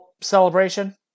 celebration